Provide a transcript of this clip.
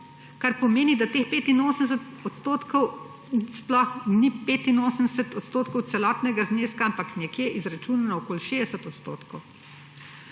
kar pomeni, da teh 85 odstotkov sploh ni 85 odstotkov celotnega zneska, ampak nekje izračunano okoli 60 odstotkov,